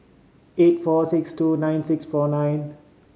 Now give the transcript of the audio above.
eight four six two nine six four nine